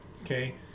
okay